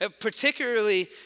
particularly